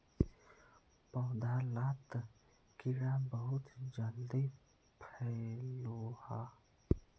पौधा लात कीड़ा बहुत जल्दी फैलोह